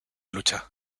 lucha